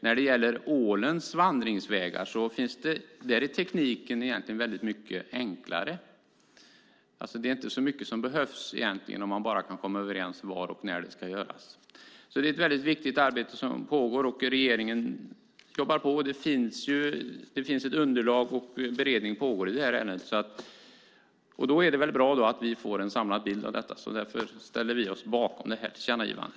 När det gäller ålens vandringsvägar är tekniken mycket enklare. Det är egentligen inte så mycket som behövs, om man bara kan komma överens om var och när det ska göras. Det är ett viktigt arbete som pågår. Regeringen jobbar på. Det finns ett underlag, och beredning pågår i ärendet. Då är det väl bra att vi får en samlad bild av detta. Därför ställer vi oss bakom detta tillkännagivande.